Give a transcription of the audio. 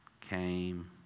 came